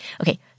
Okay